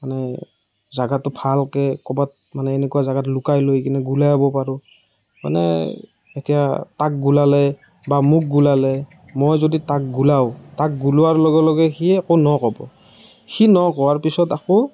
মানে জেগাটো ভালকে ক ৰবাত মানে এনেকুৱা জেগাত লুকাই লৈকেনে গুলিয়াব পাৰোঁ মানে এতিয়া তাক গুলিয়ালে বা মোক গুলিয়ালে মই যদি তাক গুলিয়াও তাক গুলিওৱাৰ লগে লগে সি আকৌ ন'ক হ'ব সি ন'ক হোৱাৰ পিছত আকৌ